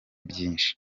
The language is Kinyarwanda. byinshi